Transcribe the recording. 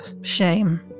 Shame